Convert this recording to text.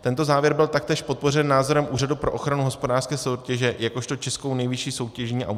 Tento závěr byl taktéž podpořen názorem Úřadu pro ochranu hospodářské soutěže jakožto českou nejvyšší soutěžní autoritou.